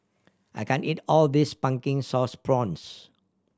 I can't eat all of this Pumpkin Sauce Prawns